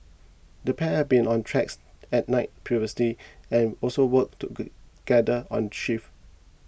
the pair had been on tracks at night previously and also worked together on shifts